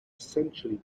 essentially